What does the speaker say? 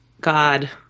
God